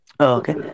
okay